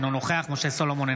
אינו נוכח משה סולומון,